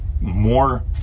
more